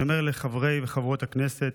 אני אומר לחברי וחברות הכנסת: